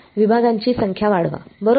विभागांची संख्या वाढवा बरोबर